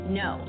no